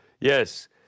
Yes